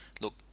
Look